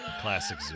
Classic